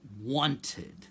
wanted